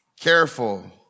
careful